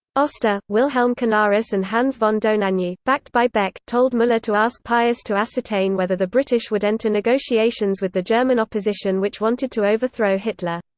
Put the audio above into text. oster, wilhelm canaris and hans von dohnanyi, backed by beck, told muller to ask pius to ascertain whether the british would enter negotiations with the german opposition which wanted to overthrow hitler.